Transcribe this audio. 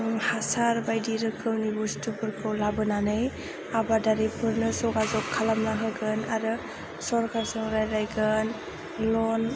हासार बायदि रोखोमनि बुस्तुफोरखौ लाबोनानै आबादारिफोरनो जगाजग खालामना होगोन आरो सरकारजों रायज्लायगोन ल'न